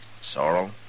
Sorrow